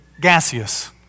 gaseous